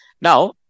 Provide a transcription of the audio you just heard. Now